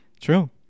True